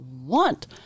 want